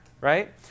Right